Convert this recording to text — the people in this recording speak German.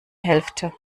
hälfte